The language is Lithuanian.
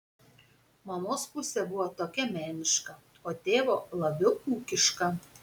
mamos pusė buvo tokia meniška o tėvo labiau ūkiška